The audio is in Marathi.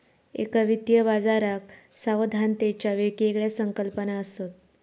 एका वित्तीय बाजाराक सावधानतेच्या वेगवेगळ्या संकल्पना असत